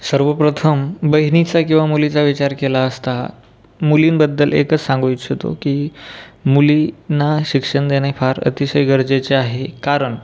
सर्वप्रथम बहिणीचा किंवा मुलीचा विचार केला असता मुलींबद्दल एकच सांगू इच्छितो की मुलीना शिक्षण देणे फार अतिशय गरजेचे आहे कारण